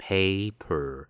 Paper